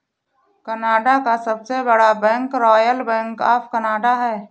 Canada का सबसे बड़ा bank Royal Bank of Canada है